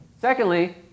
Secondly